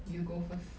you go first